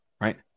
right